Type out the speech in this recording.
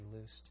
loosed